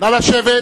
נא לשבת.